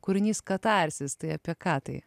kūrinys katarsis tai apie ką tai